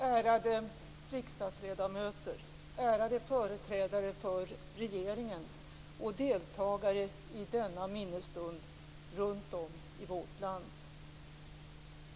Ärade riksdagsledamöter, ärade företrädare för regeringen och deltagare i denna minnesstund runt om i vårt land!